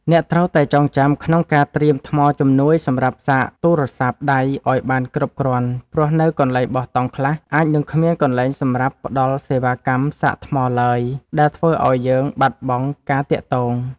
អ្នកត្រូវតែចងចាំក្នុងការត្រៀមថ្មជំនួយសម្រាប់សាកទូរស័ព្ទដៃឱ្យបានគ្រប់គ្រាន់ព្រោះនៅកន្លែងបោះតង់ខ្លះអាចនឹងគ្មានកន្លែងសម្រាប់ផ្តល់សេវាកម្មសាកថ្មឡើយដែលធ្វើឱ្យយើងបាត់បង់ការទាក់ទង។